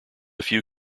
few